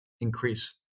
increase